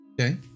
Okay